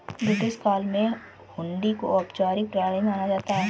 British काल में हुंडी को औपचारिक प्रणाली माना जाता था